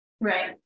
Right